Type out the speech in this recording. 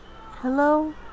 Hello